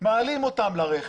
מעלים אותם לרכב,